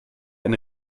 eine